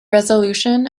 resolution